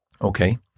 Okay